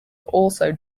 also